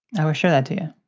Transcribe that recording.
i will show that to yeah